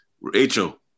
Rachel